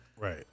Right